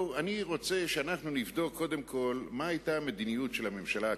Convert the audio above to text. אני רוצה שאנחנו נבדוק קודם כול מה היתה המדיניות של הממשלה הקודמת,